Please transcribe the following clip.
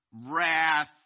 wrath